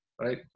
Right